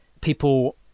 people